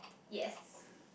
yes